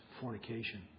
fornication